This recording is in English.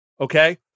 Okay